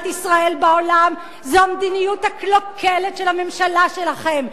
ישראל בעולם זה המדיניות הקלוקלת של הממשלה שלכם.